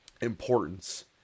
importance